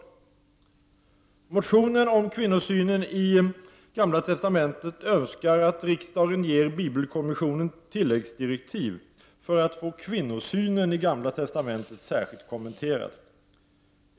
I motionen om kvinnosynen i Gamla testamentet önskas att riksdagen ger bibelkommissionen tilläggsdirektiv för att få kvinnosynen i Gamla testamentet särskilt kommenterad.